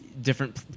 different